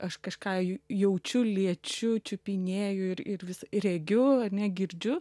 aš kažką jaučiu liečiu čiupinėju ir ir vis regiu ar ne girdžiu